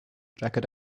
jacket